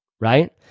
right